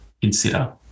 consider